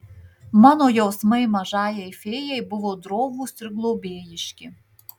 mano jausmai mažajai fėjai buvo drovūs ir globėjiški